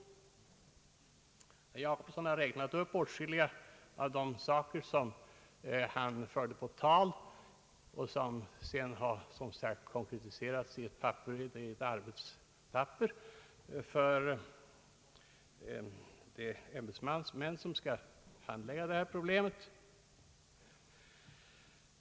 Herr Jacobsson räknade upp åtskilligt av det som Baunsgaard förde på tal och som därefter konkretiserats i ett arbetspapper för de ämbetsmän som skall handlägga problemet.